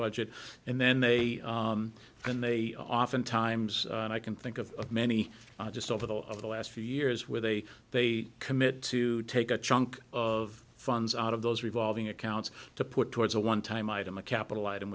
budget and then they and they oftentimes and i can think of many just over the over the last few years where they they committed to take a chunk of funds out of those revolving accounts to put towards a one time item a capital item